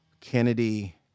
Kennedy